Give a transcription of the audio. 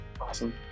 awesome